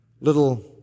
little